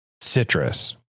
citrus